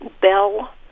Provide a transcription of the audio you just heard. bell